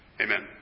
Amen